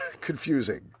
confusing